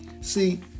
See